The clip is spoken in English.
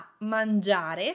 mangiare